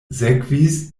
sekvis